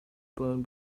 blown